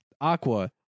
Aqua